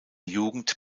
jugend